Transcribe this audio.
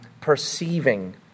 perceiving